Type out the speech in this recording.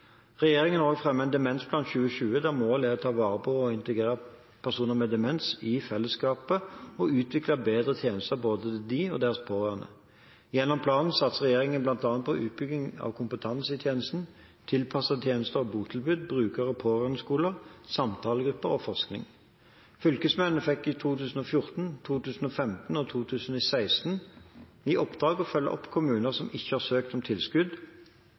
Regjeringen har også fremmet Demensplan 2020, der målene er å ta vare på og integrere personer med demens i fellesskapet og utvikle bedre tjenester til både dem og deres pårørende. Gjennom planen satser regjeringen bl.a. på utbygging og kompetanse i tjenestene, tilpassede tjenester og botilbud, bruker- og pårørendeskoler, samtalegrupper og forskning. Fylkesmennene fikk i 2014, 2015 og 2016 i oppdrag å følge opp kommuner som ikke har søkt om tilskudd,